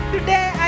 Today